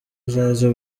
uzaza